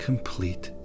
Complete